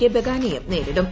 K ബഗാനെയും നേരിടും